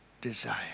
desire